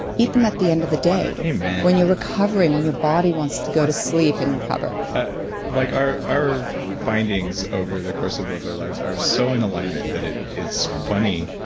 eat them at the end of the day amen when you're recovering, when your body wants to go to sleep and recover like our our findings over the course of both our lives are so in alignment that it's funny,